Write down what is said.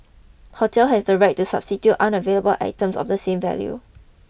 hotel has the right to substitute unavailable items of the same value